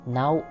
now